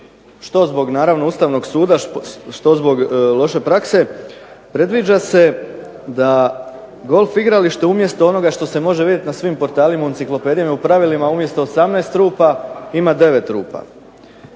što zbog naravno Ustavnog suda, što zbog loše prakse, predviđa se da golf igrališta umjesto onoga što se može vidjeti na svim portalima u enciklopedijama, u pravilima, umjesto 18 rupa ima 9 rupa.